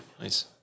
nice